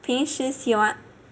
平时喜欢